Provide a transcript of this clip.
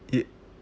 yeah